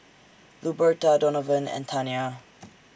Luberta Donavan and Tania